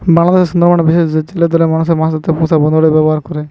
বাংলাদেশের সুন্দরবনের বিশেষ জেলে দলের মানুষ মাছ ধরতে পুষা ভোঁদড়ের ব্যাভার করে